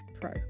pro